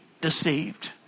deceived